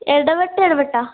ഇടവിട്ട് ഇടവിട്ടാണ്